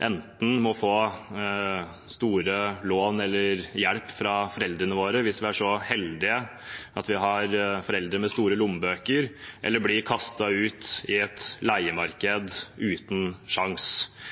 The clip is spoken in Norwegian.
enten må ta opp store lån eller få hjelp fra foreldrene sine – hvis man er så heldig at man har foreldre med store lommebøker – eller bli kastet ut i et leiemarked uten